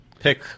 Pick